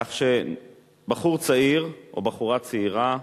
כך שבחור צעיר או בחורה צעירה,